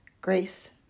Grace